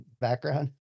background